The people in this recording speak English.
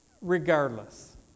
Regardless